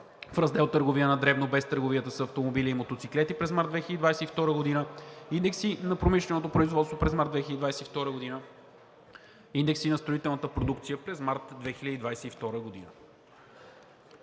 в раздел „Търговия на дребно“, без търговията с автомобили и мотоциклети, през март 2022 г.; индекси на промишленото производство през март 2022 г.; индекси на строителната продукция през март 2022 г.